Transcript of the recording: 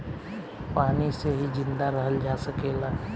पानी से ही जिंदा रहल जा सकेला